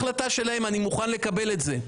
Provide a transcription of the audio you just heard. החלטה שלהם, אני מוכן לקבל את זה.